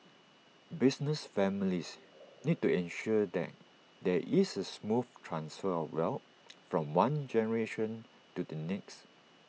business families need to ensure that there is A smooth transfer of wealth from one generation to the next